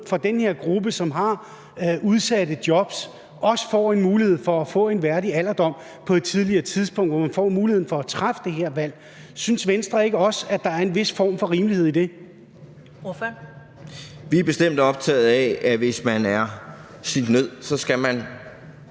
den her gruppe, som har udsatte jobs, en mulighed for at få en værdig alderdom på et tidligere tidspunkt – at man får muligheden for at træffe det her valg. Synes Venstre ikke også, at der er en vis form for rimelighed i det? Kl. 14:46 Første næstformand (Karen Ellemann):